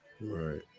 Right